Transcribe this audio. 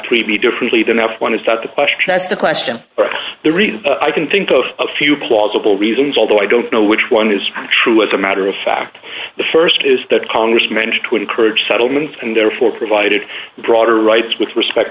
levy differently than the one is that the question asked the question or the reason i can think of a few plausible reasons although i don't know which one is true as a matter of fact the st is that congress managed to encourage settlement and therefore provided broader rights with respect